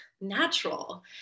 natural